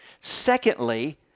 Secondly